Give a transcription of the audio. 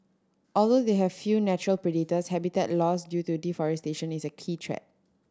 although they have few natural predators habitat loss due to deforestation is a key threat